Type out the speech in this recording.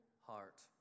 heart